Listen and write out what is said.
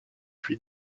puy